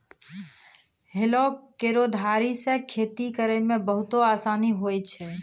हलो केरो धारी सें खेती करै म बहुते आसानी होय छै?